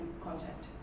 concept